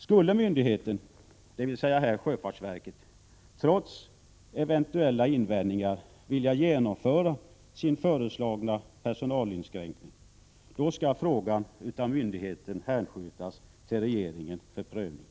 Skulle myndigheten, dvs. här sjöfartsverket, trots eventuella invändningar vilja genomföra sin föreslagna personalinskränkning, då skall frågan av myndigheten hänskjutas till regeringen för prövning.